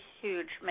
huge